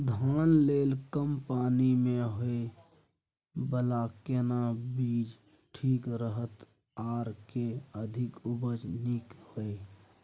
धान लेल कम पानी मे होयबला केना बीज ठीक रहत आर जे अधिक उपज नीक होय?